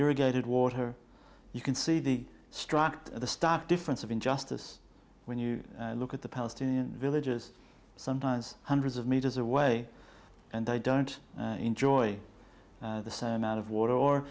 irrigated water you can see the struct the stark difference of injustice when you look at the palestinian villages sometimes hundreds of meters away and they don't enjoy the so amount of water